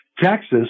Texas